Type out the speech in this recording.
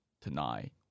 tonight